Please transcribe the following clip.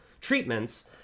treatments